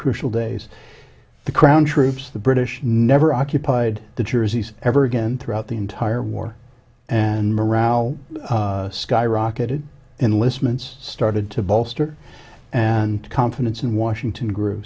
crucial days the crown troops the british never occupied the jerseys ever again throughout the entire war and morale skyrocketed and list once started to bolster and confidence in washington gr